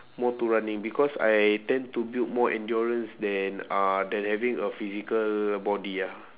more to running because I tend to build more endurance than uh than having a physical body ah